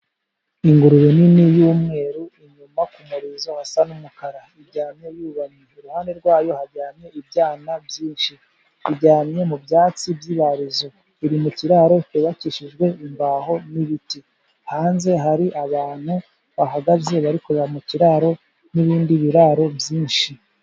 Ingurube nini y'umweru inyuma ku muririzo hasa n'umukara iryamye yubamye, iruhande rwayo haryamye ibyana byinshi. Iryamye mu byatsi by'ibarizo, iri mu kiraro cyubakishijwe imbaho n'ibiti. Hanze hari abantu bahagaze barikureba mu kiraro n'ibindi biraro byinshi.